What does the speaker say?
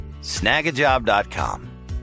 Snagajob.com